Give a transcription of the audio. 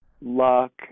luck